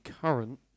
current